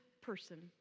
person